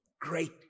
great